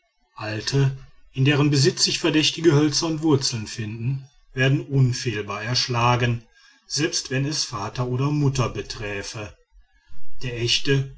alte in deren besitz sich verdächtige hölzer und wurzeln finden werden unfehlbar erschlagen selbst wenn es vater oder mutter beträfe der echte